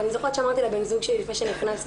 ואני זוכרת שאמרתי לבן זוג שלי לפני שנכנסנו,